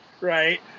right